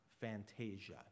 fantasia